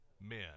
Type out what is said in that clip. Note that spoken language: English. men